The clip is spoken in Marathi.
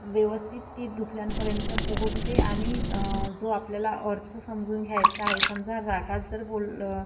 व्यवस्थित ती दुसऱ्यांपर्यंत पोहोचते आणि जो आपल्याला अर्थ समजून घ्यायचा आहे समजा रागात जर बोल